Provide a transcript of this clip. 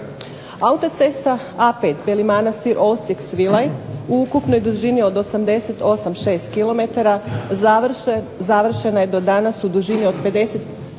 Autocesta A5 Beli Manastir – Osijek – Svilaj u ukupnoj dužini od 88 šest kilometara završena je do danas u dužini od 55,5 km